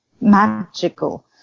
magical